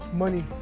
money